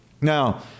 Now